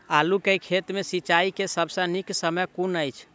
आलु केँ खेत मे सिंचाई केँ सबसँ नीक समय कुन अछि?